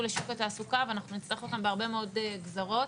לשוק התעסוקה ואנחנו נצטרך אותם בהרבה מאוד גזרות,